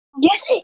Yes